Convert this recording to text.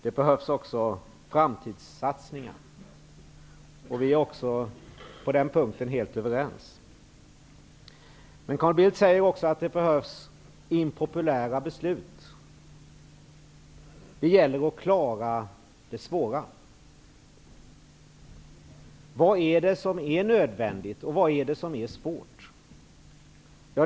Det behövs också framtidssatsningar. Vi är också helt överens på den punkten. Men Bildt säger också att det behövs impopulära beslut. Det gäller att klara det svåra. Vad är det som är nödvändigt, och vad är det som är svårt?